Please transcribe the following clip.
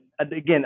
again